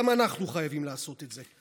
גם אנחנו חייבים לעשות את זה.